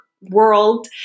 world